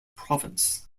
province